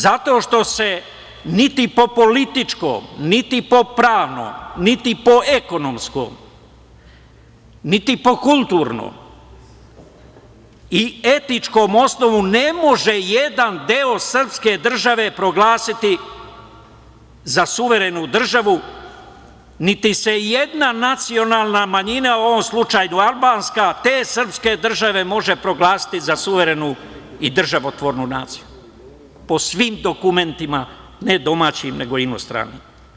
Zato što se ni po političkom, niti po pravnom, niti po ekonomskom, niti po kulturnom i etičkom osnovu ne može jedan deo srpske države proglasiti za suverenu državu, niti se jedna nacionalna manjina, u ovom slučaju albanska, te srpske države može proglasiti za suverenu i državotvornu naciju po svim dokumentima, ne domaćim nego inostranim.